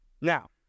Now